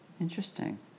Interesting